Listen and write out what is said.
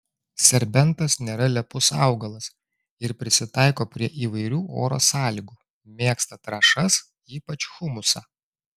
serbentas nėra lepus augalas ir prisitaiko prie įvairių oro sąlygų mėgsta trąšas ypač humusą